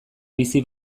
bizi